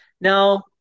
Now